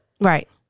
right